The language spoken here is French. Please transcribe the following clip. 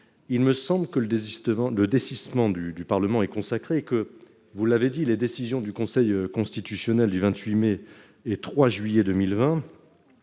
le désistement, le désistement du du Parlement est consacré, que vous l'avez dit, les décisions du Conseil constitutionnel du 28 mai et 3 juillet 2020